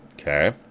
Okay